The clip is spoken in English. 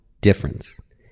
difference